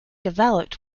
developed